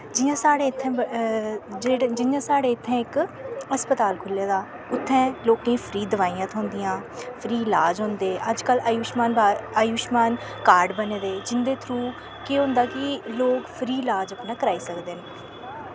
जियां साढ़े इत्थें जियां साढ़े इत्थें इक हस्पताल खुल्ले दा उत्थैं लोकें फ्री दवाईयां थ्होंदियां फ्री लाज होंदे अजकल्ल आयुशमान कार्ड बने दे जिंदे थरू केह् होंदे कि लोक फ्री लाज अपना कराई सकदे न